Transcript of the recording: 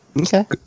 Okay